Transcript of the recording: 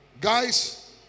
guys